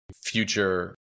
future